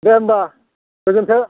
दे होम्बा गोजोनथों